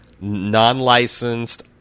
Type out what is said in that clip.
non-licensed